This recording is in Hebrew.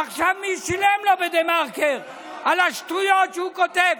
עכשיו מי שילם לו בדה-מרקר על השטויות שהוא כותב?